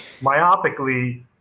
myopically